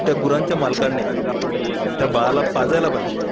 त्या गुरांच्या मालकाने त्या बाळाला पाजायला पाहिजे